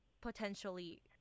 potentially